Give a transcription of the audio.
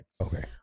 okay